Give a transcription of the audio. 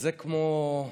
וזה כמו,